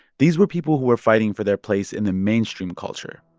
these were people who were fighting for their place in the mainstream culture.